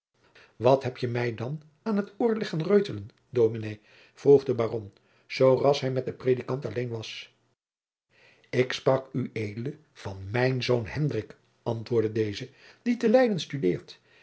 wat heb je mij dan aan t oor leggen reutelen dominé vroeg de baron zoo ras hij met den predikant alleen was ik sprak ued van mijn zoon hendrik antwoordde deze die te leyden studeert